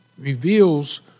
reveals